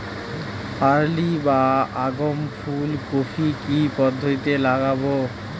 Early বা আগাম ফুল কপি কি পদ্ধতিতে লাগাবো?